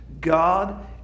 God